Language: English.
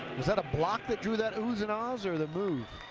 is that a block that drew that ooos and awwws or the move.